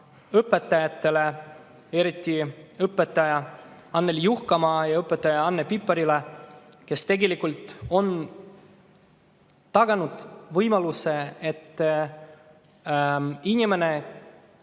õpetajatele, eriti Annelii Juhkamale ja Anne Piparile, kes tegelikult on taganud võimaluse, et inimene,